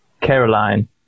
Caroline